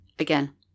Again